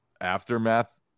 aftermath